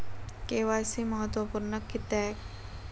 KYC महत्त्वपुर्ण किद्याक?